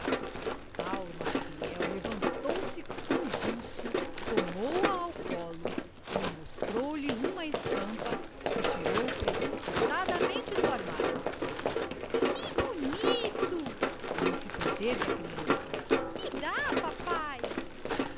paulo maciel levantou-se convulso tomou-a ao collo e mostrou-lhe uma estampa que tirou precipitadamente do armário que bonito não se conteve a creança me dá papae